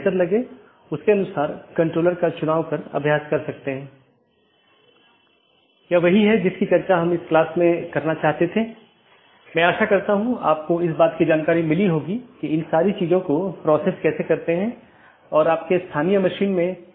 कैसे यह एक विशेष नेटवर्क से एक पैकेट भेजने में मदद करता है विशेष रूप से एक ऑटॉनमस सिस्टम से दूसरे ऑटॉनमस सिस्टम में